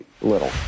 little